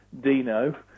Dino